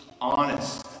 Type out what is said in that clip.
honest